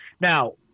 Now